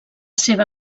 seva